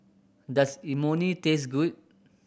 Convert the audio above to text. does Imoni taste good